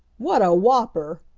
what a whopper!